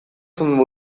some